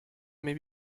may